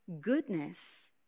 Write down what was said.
goodness